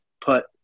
put